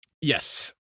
Yes